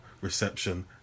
reception